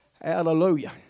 Hallelujah